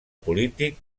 polític